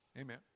Amen